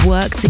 Work